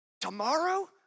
Tomorrow